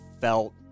felt